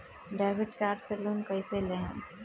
Debit card से loan कईसे लेहम?